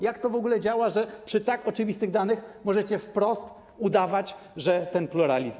Jak to w ogóle działa, że przy tak oczywistych danych możecie wprost udawać, że jest pluralizm?